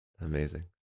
Amazing